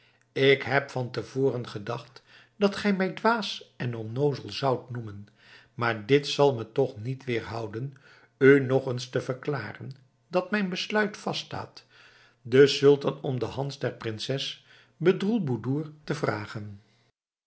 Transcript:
ik heb van te voren gedacht dat gij mij dwaas en onnoozel zoudt noemen maar dit zal me toch niet weerhouden u nog eens te verklaren dat mijn besluit vaststaat den sultan om de hand der prinses bedroelboedoer te vragen